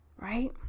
right